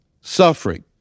Suffering